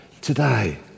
today